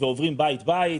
ועוברים בית בית,